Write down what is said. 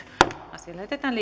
asia lähetetään